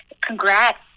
congrats